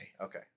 Okay